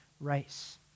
race